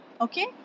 okay